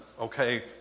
okay